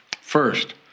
First